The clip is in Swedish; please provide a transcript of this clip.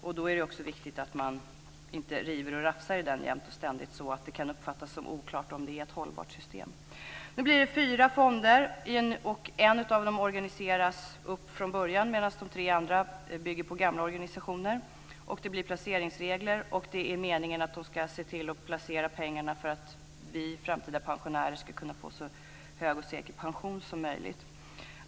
Och då är det också viktigt att man inte river och rafsar i den jämt och ständigt så att det kan uppfattas som oklart om det är ett hållbart system. Nu blir det fyra fonder. En av dem organiseras från början, medan de tre andra bygger på gamla organisationer. Det blir placeringsregler, och det är meningen att man ska se till att placera pengarna för att vi framtida pensionärer ska kunna få så hög och säker pension som möjligt.